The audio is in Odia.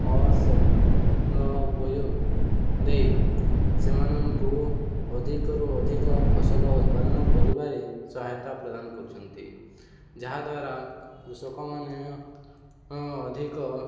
ଉପଯୋଗ ଦେଇ ସେମାନଙ୍କୁ ଅଧିକରୁ ଅଧିକ ଫସଲ ଉତ୍ପାଦନ କରିବାରେ ସହାୟତା ପ୍ରଦାନ କରୁଛନ୍ତି ଯାହାଦ୍ୱାରା କୃଷକମାନେ ଅଧିକ